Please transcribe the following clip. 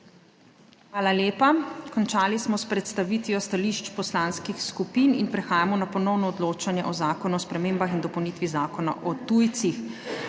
Hvala lepa. Končali smo s predstavitvijo stališč poslanskih skupin. Prehajamo na ponovno odločanje o Zakonu o spremembah in dopolnitvi Zakona o tujcih.